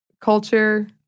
culture